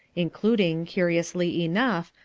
including, curiously enough,